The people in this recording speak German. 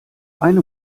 eine